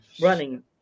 running